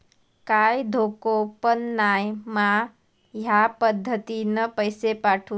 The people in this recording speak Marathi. काय धोको पन नाय मा ह्या पद्धतीनं पैसे पाठउक?